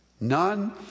None